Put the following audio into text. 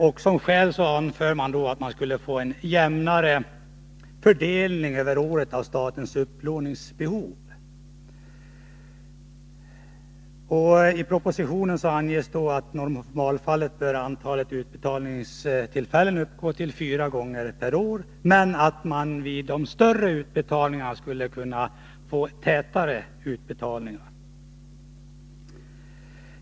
Såsom skäl anförs att man skall få en jämnare fördelning över året av statens upplåningsbehov. I propositionen anges att i normalfallet antalet utbetalningstillfällen bör uppgå till fyra per år men att man för de större utbetalningarna skulle kunna få tätare utbetalningar.